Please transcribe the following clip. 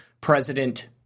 President